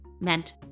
meant